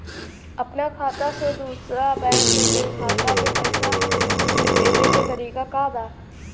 अपना खाता से दूसरा बैंक के खाता में पैसा भेजे के तरीका का बा?